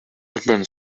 urban